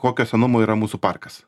kokio senumo yra mūsų parkas